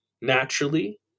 naturally